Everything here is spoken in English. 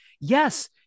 Yes